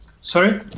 Sorry